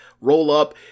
roll-up